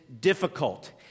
difficult